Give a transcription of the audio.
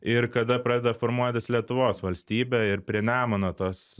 ir kada pradeda formuotis lietuvos valstybė ir prie nemuno tos